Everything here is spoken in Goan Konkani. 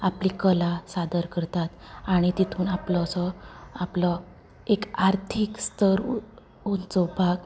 आपली कला सादर करतात आनी तेतूंत आपलोसो आपलो एक आर्थीक स्थर उत्सोवपाक